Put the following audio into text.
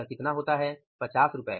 तो यह कितना होता है 50 रु